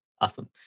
Awesome